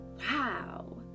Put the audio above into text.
wow